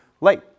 late